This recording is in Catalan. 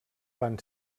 van